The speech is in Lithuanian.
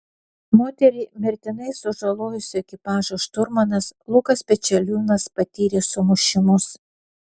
moterį mirtinai sužalojusio ekipažo šturmanas lukas pečeliūnas patyrė sumušimus